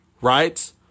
right